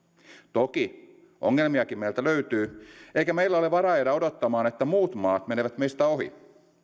toki ongelmiakin meiltä löytyy eikä meillä ole varaa jäädä odottamaan että muut maat menevät meistä ohi